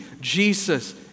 Jesus